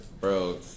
Bro